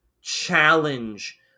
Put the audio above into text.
challenge